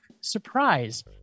surprise